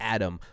Adam